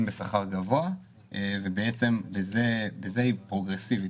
בשכר גבוה ובעצם בזה היא פרוגרסיבית.